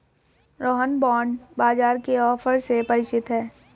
Rohan bond बाजार के offer से परिचित है